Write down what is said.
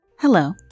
Hello